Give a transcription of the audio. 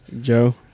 Joe